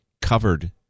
covered